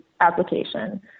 application